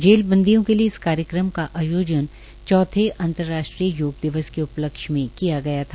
jail बंदियों के लिए इस कार्यक्रम का आयोजन चौथे अंतर्राष्ट्रीय योग दिवस के उपलक्ष्य में किया गया था